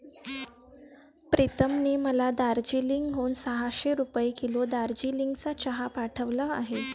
प्रीतमने मला दार्जिलिंग हून सहाशे रुपये किलो दार्जिलिंगचा चहा पाठवला आहे